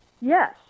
Yes